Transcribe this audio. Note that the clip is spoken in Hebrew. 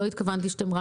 לא התכוונתי שאתם רק